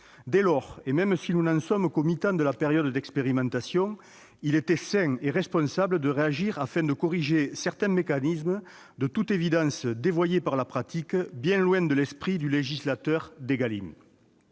Dès lors, et même si nous n'en sommes qu'au mitan de la période d'expérimentation, il était sain et responsable de réagir, afin de corriger certains mécanismes, de toute évidence dévoyés par la pratique, bien éloignés de l'esprit du législateur de la